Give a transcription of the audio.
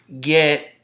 get